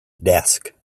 desk